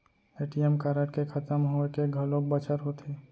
ATM card के खतम होए के घलोक बछर होथे